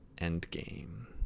Endgame